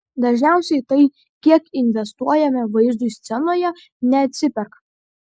dažniausiai tai kiek investuojame vaizdui scenoje neatsiperka